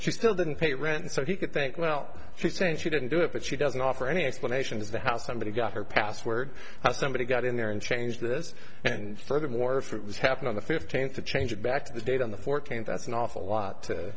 she still didn't pay rent so he could think well she's saying she didn't do it but she doesn't offer any explanation as to how somebody got her past where somebody got in there and change this and furthermore if it was happen on the fifteenth to change it back to the date on the fourteenth that's an awful lot to